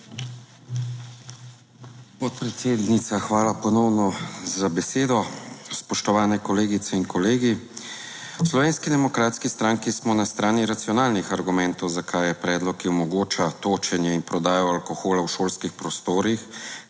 Podpredsednica, hvala ponovno za besedo. Spoštovani kolegice in kolegi! V Slovenski demokratski stranki smo na strani racionalnih argumentov zakaj je predlog, ki omogoča točenje in prodajo alkohola v šolskih prostorih,